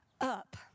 up